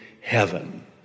heaven